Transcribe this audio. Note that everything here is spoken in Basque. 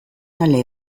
ale